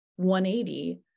180